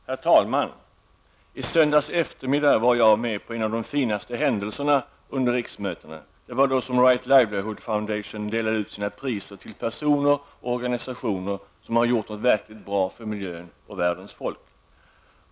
Herr talman! I söndags eftermiddag var jag med på en av de finaste händelserna under riksmötena. Det var då som Right Livelihood Foundation delade ut sina priser till personer och organisationer som har gjort något verkligt bra för miljön och världens folk.